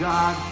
God